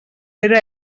era